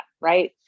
right